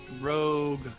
rogue